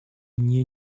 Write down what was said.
мне